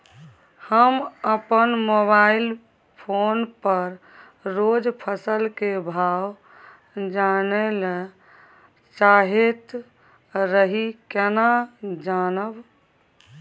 हम अपन mobile phone पर रोज फसल के भाव जानय ल चाहैत रही केना जानब?